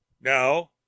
No